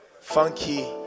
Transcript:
funky